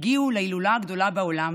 הגיעו להילולה הגדולה בעולם